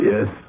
Yes